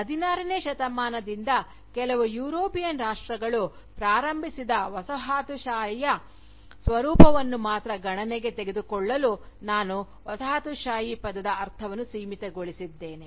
16 ನೇ ಶತಮಾನದಿಂದ ಕೆಲವು ಯುರೋಪಿಯನ್ ರಾಷ್ಟ್ರಗಳು ಪ್ರಾರಂಭಿಸಿದ ವಸಾಹತುಶಾಹಿಯ ಸ್ವರೂಪವನ್ನು ಮಾತ್ರ ಗಣನೆಗೆ ತೆಗೆದುಕೊಳ್ಳಲು ನಾನು ವಸಾಹತುಶಾಹಿ ಪದದ ಅರ್ಥವನ್ನು ಸೀಮಿತಗೊಳಿಸಿದ್ದೇನೆ